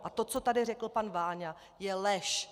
A to, co tady řekl pan Váňa, je lež.